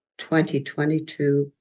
2022